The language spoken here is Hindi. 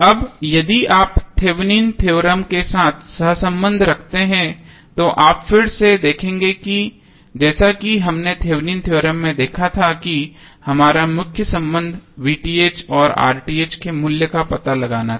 अब यदि आप थेवेनिन थ्योरम Thevenins theorem के साथ सहसंबंध रखते हैं तो आप फिर से देखेंगे जैसा कि हमने थेवेनिन थ्योरम Thevenins theorem में देखा था कि हमारा मुख्य संबंध और के मूल्य का पता लगाना था